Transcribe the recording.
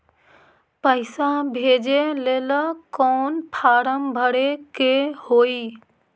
पैसा भेजे लेल कौन फार्म भरे के होई?